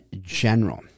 general